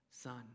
Son